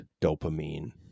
dopamine